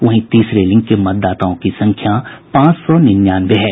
वहीं तीसरे लिंग के मतदाताओं की संख्या पांच सौ निन्यानवे है